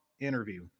interview